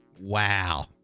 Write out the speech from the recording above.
Wow